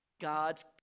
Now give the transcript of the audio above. God's